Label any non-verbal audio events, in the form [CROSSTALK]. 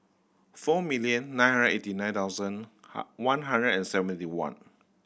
four million nine hundred eighty nine thousand [UNINTELLIGIBLE] one hundred and seventy one